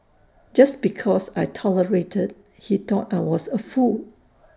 just because I tolerated he thought I was A fool